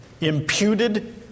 Imputed